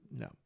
No